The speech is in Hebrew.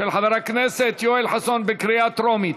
של חבר הכנסת יואל חסון, בקריאה טרומית.